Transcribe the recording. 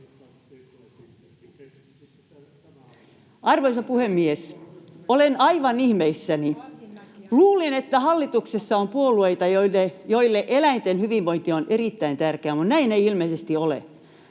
Arvoisa puhemies! Olen aivan ihmeissäni. Luulin, että hallituksessa on puolueita, joille eläinten hyvinvointi on erittäin tärkeää, mutta näin ei ilmeisesti ole.